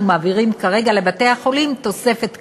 מעבירים כרגע לבתי-החולים תוספת תקנים.